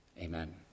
Amen